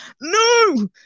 no